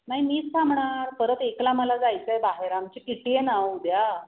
नाही मीच थांबणार परत एकला मला जायचं आहे बाहेर आमची किटी आहे ना उद्या